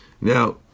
now